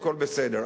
והכול בסדר.